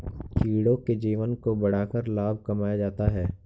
कीड़ों के जीवन को बढ़ाकर लाभ कमाया जाता है